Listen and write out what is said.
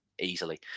easily